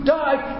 died